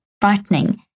frightening